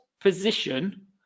position